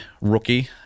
rookie